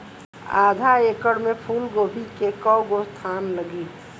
आधा एकड़ में फूलगोभी के कव गो थान लागी?